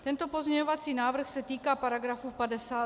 Tento pozměňovací návrh se týká § 52.